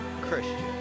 Christian